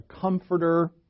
comforter